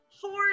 Four